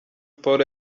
kagame